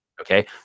Okay